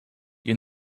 you